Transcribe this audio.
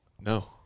No